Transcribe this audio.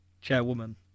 Chairwoman